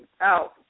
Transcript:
out